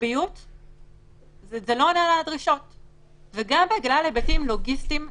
האם זה אומר שבינתיים אין